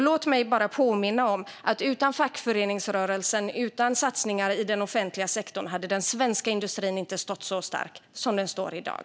Låt mig påminna om att utan fackföreningsrörelsen och utan satsningar i den offentliga sektorn hade den svenska industrin inte stått så stark som den står i dag.